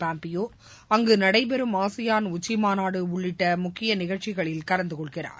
Pompeo அங்கு நடைபெறும் ASEAN உச்சி மாநாடு உள்ளிட்ட முக்கிய நிகழ்ச்சிகளில் கலந்து கொள்கிறார்